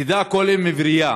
"תדע כל אם עברייה